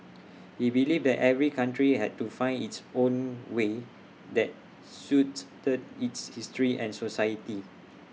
he believed that every country had to find its own way that suits the its history and society